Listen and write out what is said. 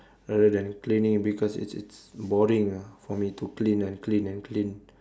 rather than cleaning because it's it's boring lah for me to clean and clean and clean